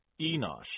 Enosh